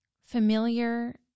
familiar